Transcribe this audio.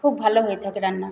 খুব ভালো হয়ে থাকে রান্না